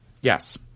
Yes